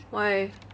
why